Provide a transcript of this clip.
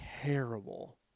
terrible